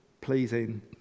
pleasing